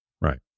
Right